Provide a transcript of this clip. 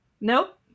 Nope